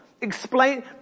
Explain